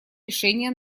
решения